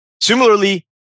Similarly